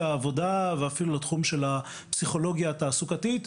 העבודה ואפילו לתחום של הפסיכולוגיה התעסוקתית.